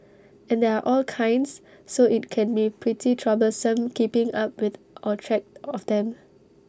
and there are all kinds so IT can be pretty troublesome keeping up with or track of them